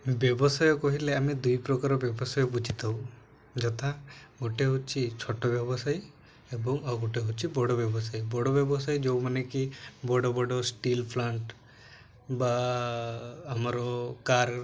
ବ୍ୟବସାୟ କହିଲେ ଆମେ ଦୁଇ ପ୍ରକାର ବ୍ୟବସାୟ ବୁଝି ଥାଉ ଯଥା ଗୋଟେ ହଉଛି ଛୋଟ ବ୍ୟବସାୟୀ ଏବଂ ଆଉ ଗୋଟେ ହଉଛି ବଡ଼ ବ୍ୟବସାୟୀ ବଡ଼ ବ୍ୟବସାୟୀ ଯେଉଁମାନେ କି ବଡ଼ ବଡ଼ ଷ୍ଟିଲ୍ ପ୍ଲାଣ୍ଟ ବା ଆମର କାର୍